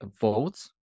votes